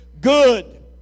good